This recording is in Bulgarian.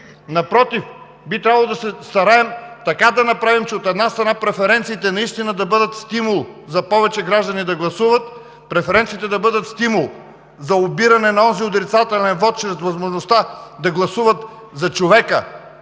Напротив, би трябвало да се стараем така да направим, че от една страна преференциите наистина да бъдат стимул за повече граждани да гласуват, преференциите да бъдат стимул за обиране на онзи отрицателен вот, чрез възможността да гласуват за човека,